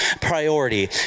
priority